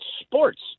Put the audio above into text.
sports